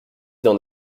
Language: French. d’en